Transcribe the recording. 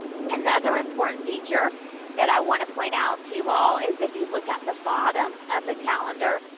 another important feature that i want to point out to you all is if you look at the bottom of the calendar,